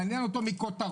מעניין אותו מכותרות,